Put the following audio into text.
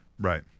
Right